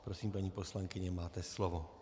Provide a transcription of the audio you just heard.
Prosím, paní poslankyně, máte slovo.